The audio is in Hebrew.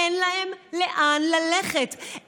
אין להם לאן ללכת,